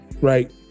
Right